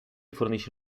fornisce